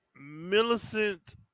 Millicent